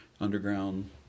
underground